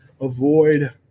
avoid